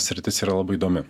sritis yra labai įdomi